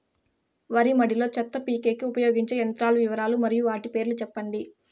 వరి మడి లో చెత్త పీకేకి ఉపయోగించే యంత్రాల వివరాలు మరియు వాటి రేట్లు చెప్పండి?